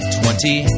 twenty